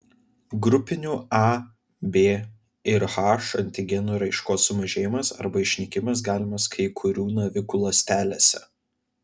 grupinių a b ir h antigenų raiškos sumažėjimas arba išnykimas galimas kai kurių navikų ląstelėse